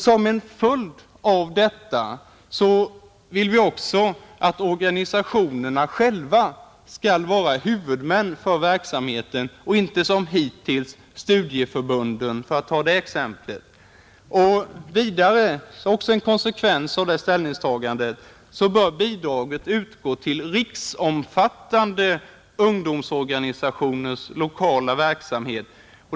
Som en följd av detta vill vi också att organisationerna själva skall vara huvudmän för verksamheten och inte som hittills studieförbunden — för att nu ta ett exempel. Vidare — detta är också en konsekvens av det ställningstagandet — bör bidraget utgå till riksomfattande ungdomsorganisationers lokala verksamhet.